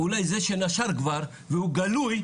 אולי זה שנשר כבר והוא גלוי,